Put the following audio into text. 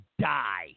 die